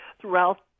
throughout